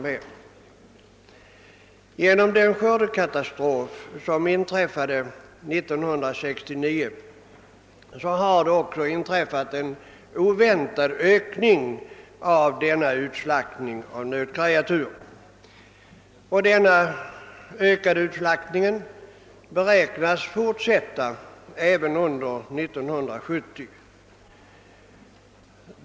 På grund av skördekatastrofen år 1969 har det också inträffat en oväntad ökning av utslaktningen av nötkreatur, och denna beräknas fortsätta även under år 1970.